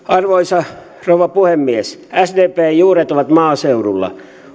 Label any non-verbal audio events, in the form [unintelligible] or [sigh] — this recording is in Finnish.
[unintelligible] arvoisa rouva puhemies sdpn juuret ovat maaseudulla